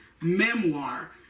memoir